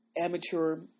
amateur